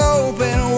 open